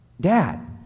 Dad